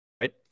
right